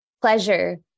pleasure